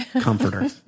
comforter